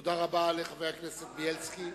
תודה רבה לחבר הכנסת בילסקי.